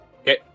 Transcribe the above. Okay